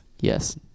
Yes